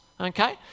Okay